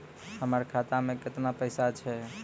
हमर खाता मैं केतना पैसा छह?